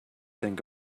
think